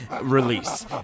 release